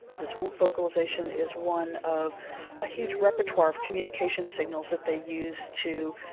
this vocalisation is one of a huge repertoire of communication signals that they use to.